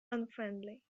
unfriendly